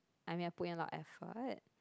I mean I put in a lot of effort